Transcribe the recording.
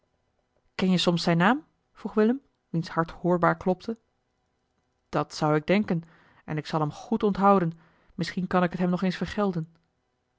ken je soms zijn naam vroeg willem wiens hart hoorbaar klopte eli heimans willem roda dat zou ik denken en ik zal hem goed onthouden misschien kan ik het hem nog eens vergelden